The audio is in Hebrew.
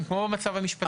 כמו המצב המשפטי היום.